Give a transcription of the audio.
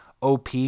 OP